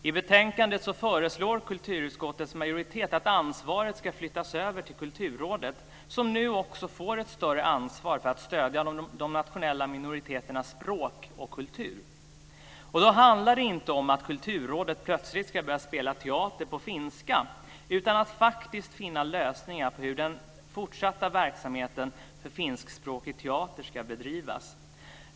I betänkandet föreslår kulturutskottets majoritet att ansvaret ska flyttas över till Kulturrådet, som nu också får ett större ansvar för att stödja de nationella minoriteternas språk och kultur. Det handlar då inte om att Kulturrådet plötsligt ska börja spela teater på finska utan om att finna lösningar på hur den fortsatta verksamheten för finskspråkig teater ska bedrivas.